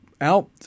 Out